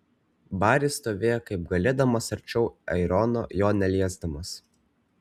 baris stovėjo kaip galėdamas arčiau aarono jo neliesdamas